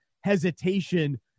hesitation